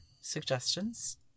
suggestions